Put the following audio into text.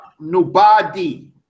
Nubadi